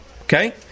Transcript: Okay